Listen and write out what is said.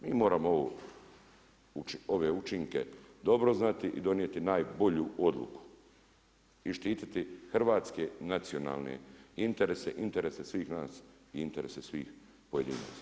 Mi moramo ove učinke dobro znati i donijeti najbolju odluku i štiti hrvatske nacionalne interese, interese svih nas i interese svih pojedinaca.